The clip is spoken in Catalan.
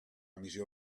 missió